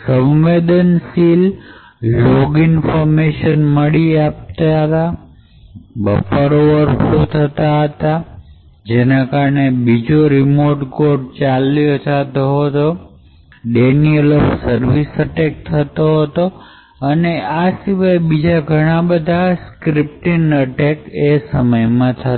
સંવેદનશીલ log information મળી જતી બફર ઓવરફ્લો થતો જેના કારણે બીજા રીમોટ કોડ ચાલી જતો ડેનીઅલ ઓફ સર્વિસ અટેક થતો તથા બીજા ઘણા સ્ક્રિપ્તિંગ અટેક એ સમયમાં થતા